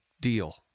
deal